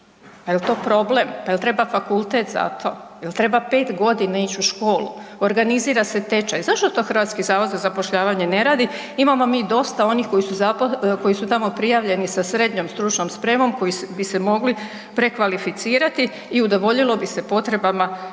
jel to problem, pa jel treba fakultet za to, jel treba pet godina ići u školu? Organizira se tečaj. Zašto to HZZ ne radi? Imamo mi dosta onih koji su tamo prijavljeni sa SSS koji bi se mogli prekvalificirati i udovoljilo bi se potrebama naših